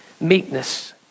Meekness